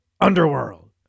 UNDERWORLD